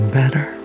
better